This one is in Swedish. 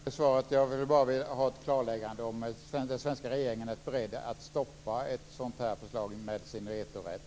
Fru talman! Jag tackar för svaret. Jag ville bara ha ett klarläggande om den svenska regeringen är beredd att stoppa ett sådant här förslag med sin vetorätt.